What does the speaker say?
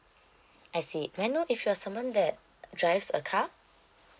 I see may I know if you're someone that drives a car